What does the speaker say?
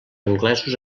anglesos